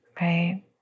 right